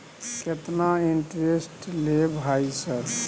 केतना इंटेरेस्ट ले भाई सर?